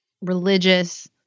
religious